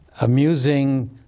amusing